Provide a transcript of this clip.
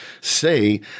say